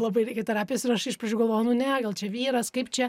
labai reikia terapijos ir aš iš pradžių galvojau nu ne gal čia vyras kaip čia